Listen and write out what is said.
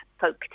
folk